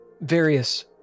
Various